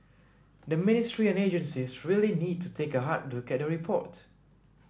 the ministry and agencies really need to take a hard look at the report